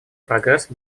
прогресс